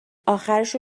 آخرشو